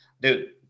dude